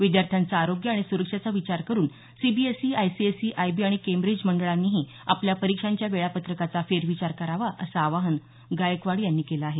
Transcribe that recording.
विद्यार्थ्यांचं आरोग्य आणि सुरक्षेचा विचार करून सीबीएसई आयसीएसई आयबी आणि केंब्रीज बोर्डांनीही आपल्या परीक्षांच्या वेळापत्रकाचा फेरविचार करावा असं आवाहन गायकवाड यांनी केलं आहे